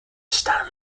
stanley